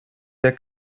der